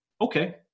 Okay